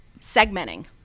segmenting